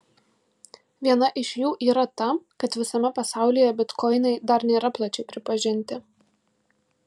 viena iš jų yra ta kad visame pasaulyje bitkoinai dar nėra plačiai pripažinti